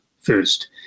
first